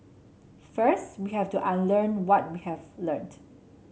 first we have to unlearn what we have learnt